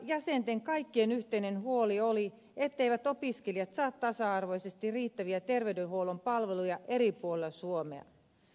valiokuntajäsenten kaikkien yhteinen huoli oli etteivät opiskelijat saa tasa arvoisesti riittäviä terveydenhuollon palveluja eri puolilla suomea